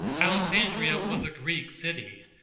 alexandria was a greek city,